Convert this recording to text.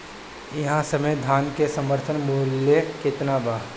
एह समय धान क समर्थन मूल्य केतना बा?